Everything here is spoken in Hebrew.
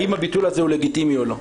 האם הביטול הזה הוא לגיטימי או לא?